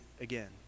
again